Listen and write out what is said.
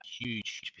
huge